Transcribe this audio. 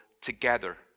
together